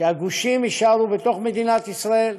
שהגושים יישארו בתוך מדינת ישראל,